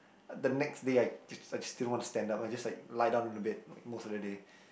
uh the next day I just I just didn't want to stand up I just like lie down on the bed like most of the day